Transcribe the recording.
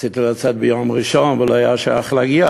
רציתי לצאת ביום ראשון ולא היה איך להגיע,